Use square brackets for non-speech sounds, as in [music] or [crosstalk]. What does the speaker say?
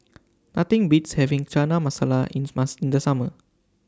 Nothing Beats having Chana Masala [unintelligible] in The Summer